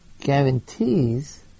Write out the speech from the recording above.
guarantees